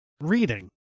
reading